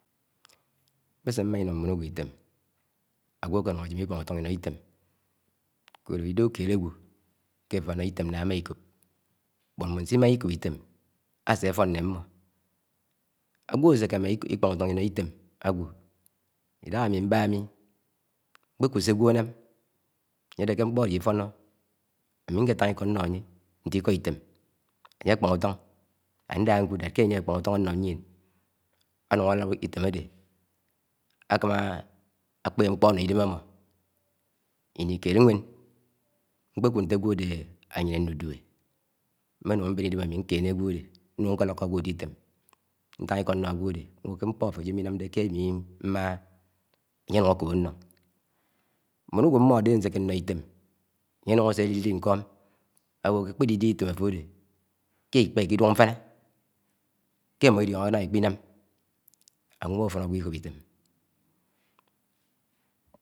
Ṁmé- sé m̄má ino̱ mb́o̱ṉ agẃọ́ itèm̱ agẃọ akeyun ajem ikpon utom ine item, n̄édẹhẹ, idehe̱ ide̱he̱, ukéd agẃo̱ ke áfọ áno̱ item yak amá íḱo̱p mbo̱n se imá iko̱p item, asefon nńe mḿo. Agẃo aseke amá ikpo̱n ụto̱n, inó itém agwo, idaha am, mbah mmi kṕekúd se agwo anám, ańye áde ké ṉkpo̱ ade ifo̱no̱, ámi n̄ketang iko̱ nno̱ anye ṉte iko̱ itēm ānge aḱpa̱n uton Ndah úkúd ḱe̱ ánye̱ ákpo̱o̱ uto̱n, ano yién, ánu̱ṉ anám itém̱ aḏe, Akam̱á akpep n̄kpo̱ ano idem̱ am̄m̱ọ iniked nw̄éṉ, mkpekud nte agwo ade ayie ndúdúe m̄m̱e- núng mbe̱n idém̱ ami nkene agwo ade nung nkélo̱ko̱ agwo̱ ade item, ntán iko̱ no̱ agwọ ade ńkpo̱ afó oje̱me̱ ina̱m de, ke ami mmaha, ánye ańu̱n áko̱p annó mbo̱n ágwo̱, mmade, nseke nó itéḿ ańye aṉun ase ali̱ eli nkom agwo ke akpede, idehe item ofo ade, ke íkpó ikédúk mfana ke imo̱ idonoke ṉátiá, imo̱ ikpena̱m, ánwọ ánwọ afo̱, agẃo̱ o̱ko̱p ite̱m̱.